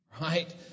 right